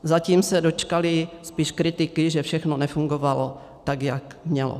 Zatím se dočkaly spíš kritiky, že všechno nefungovalo tak, jak mělo.